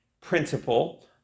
principle